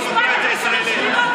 הדמוקרטיה הישראלית.